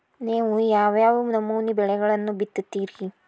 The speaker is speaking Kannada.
ನೇವು ಯಾವ್ ಯಾವ್ ನಮೂನಿ ಬೆಳಿಗೊಳನ್ನ ಬಿತ್ತತಿರಿ?